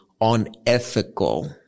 unethical